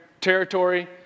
territory